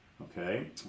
Okay